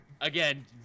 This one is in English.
Again